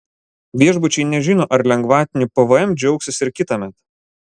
viešbučiai nežino ar lengvatiniu pvm džiaugsis ir kitąmet